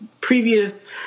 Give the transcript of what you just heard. previous